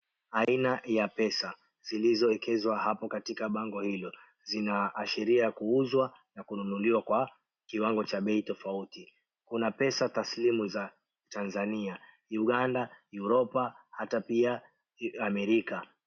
Aina ya pesa zilizoekezwa hapo katika bango hilo zinaashiria kuuzwa na kununuliwa kwa kiwango cha bei tofauti. Kuna pesa taslimu za Tanzania, Uganda, Europa hata pia Amerika.